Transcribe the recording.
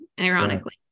ironically